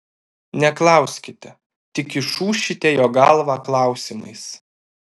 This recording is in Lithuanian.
neklauskite tik išūšite jo galvą klausimais